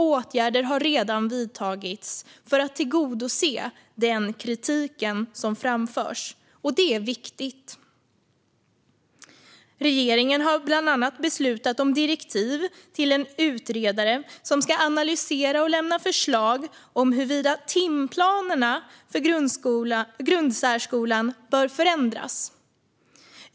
Man har redan vidtagit åtgärder för att bemöta den kritik som framförs, och det är viktigt. Regeringen har bland annat beslutat om direktiv till en utredare som ska analysera och lämna förslag om huruvida timplanerna för grundsärskolan bör förändras.